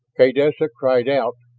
kaydessa cried out,